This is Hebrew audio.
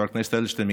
חבר הכנסת אדלשטיין,